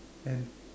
and